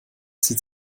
zieht